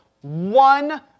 one